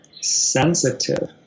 sensitive